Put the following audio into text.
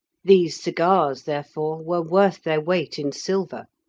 these cigars, therefore, were worth their weight in silver,